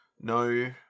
No